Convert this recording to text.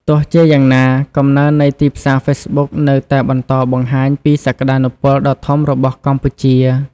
ទោះជាយ៉ាងណា កំណើននៃទីផ្សារហ្វេសប៊ុកនៅតែបន្តបង្ហាញពីសក្តានុពលដ៏ធំរបស់កម្ពុជា។